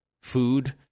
food